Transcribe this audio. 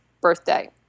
birthday